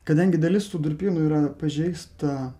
kadangi dalis tų durpynų yra pažeista